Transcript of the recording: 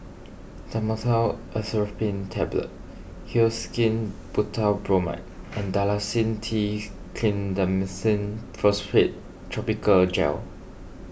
Dhamotil Atropine Tablets Hyoscine Butylbromide and Dalacin T Clindamycin Phosphate Topical Gel